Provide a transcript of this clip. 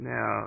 Now